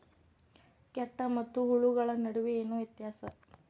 ಕೇಟ ಮತ್ತು ಹುಳುಗಳ ನಡುವೆ ಏನ್ ವ್ಯತ್ಯಾಸ?